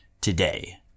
today